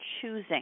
choosing